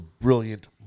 brilliant